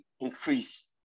increase